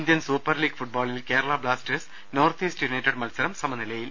Indian Super League ഫുട്ബോളിൽ Kerala Blasters North East United മത്സരം സമനിലയിൽ